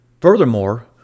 Furthermore